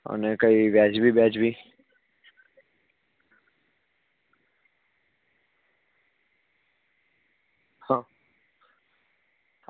અને કંઈ વ્યાજબી બ્યાજબી હ